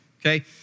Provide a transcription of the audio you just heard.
okay